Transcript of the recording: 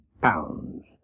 pounds